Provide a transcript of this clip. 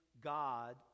God